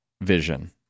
vision